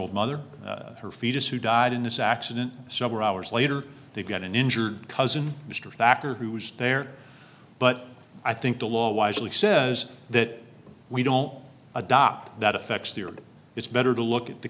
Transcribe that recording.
old mother her fetus who died in this accident several hours later they've got an injured cousin mr thacker who was there but i think the law wisely says that we don't adopt that affects the road it's better to look at the